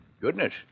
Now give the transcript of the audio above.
goodness